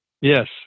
yes